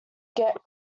get